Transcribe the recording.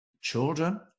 Children